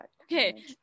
Okay